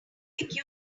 people